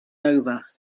over